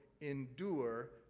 endure